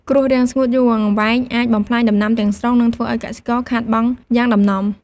គ្រោះរាំងស្ងួតយូរអង្វែងអាចបំផ្លាញដំណាំទាំងស្រុង និងធ្វើឱ្យកសិករខាតបង់យ៉ាងដំណំ។